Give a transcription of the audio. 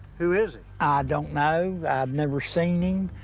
who is he? i don't know. i've never seen him.